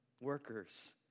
workers